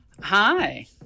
Hi